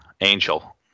Angel